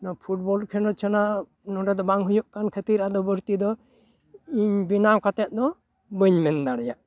ᱱᱚᱣᱟ ᱯᱷᱴᱵᱚᱞ ᱠᱷᱮᱞᱳᱸᱰ ᱪᱷᱟᱲᱟ ᱱᱚᱰᱮ ᱫᱚ ᱵᱟᱝ ᱦᱩᱭᱩᱜ ᱠᱟᱱ ᱠᱷᱟᱹᱛᱤᱨ ᱟᱫᱚ ᱵᱟᱹᱲᱛᱤ ᱫᱚ ᱤᱧ ᱵᱮᱱᱟᱣ ᱠᱟᱛᱮᱫ ᱫᱚ ᱵᱟᱹᱧ ᱢᱮᱱ ᱫᱟᱲᱮᱭᱟᱜ ᱠᱟᱱᱟ